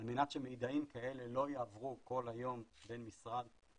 על מנת שמידעים כאלה לא יעברו כל היום בין משרדים.